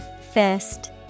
Fist